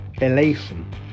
Elation